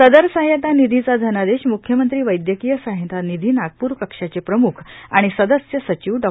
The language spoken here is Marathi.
सदर सहाय्यता निधीचा धनादेश म्ख्यमधी वव्व्यकीय सहाय्यता निधी नागपूर कक्षाचे प्रम्ख आणि सदस्य सचिव डॉ